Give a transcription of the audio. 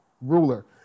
ruler